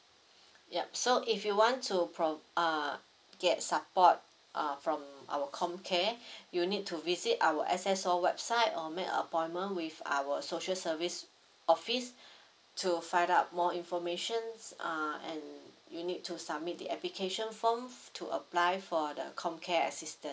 yup so if you want to pro~ uh get support uh from our comcare you need to visit our S_S_O website or make appointment with our social service office to find out more information uh and you need to submit the application form to apply for the comcare assistance